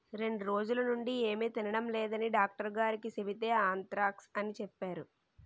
రెండ్రోజులనుండీ ఏమి తినడం లేదని డాక్టరుగారికి సెబితే ఆంత్రాక్స్ అని సెప్పేరు